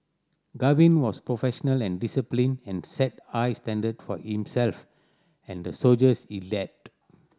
Gavin was professional and disciplined and set high standard for himself and the soldiers he led